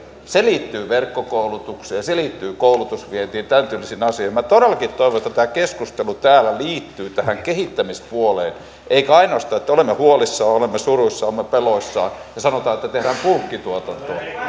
se liittyy verkkokoulutukseen se liittyy koulutusvientiin tämäntyylisiin asioihin minä todellakin toivon että tämä keskustelu täällä liittyy tähän kehittämispuoleen eikä ainoastaan että olemme huolissamme olemme suruissamme olemme peloissamme ja sanotaan että tehdään bulkkituotantoa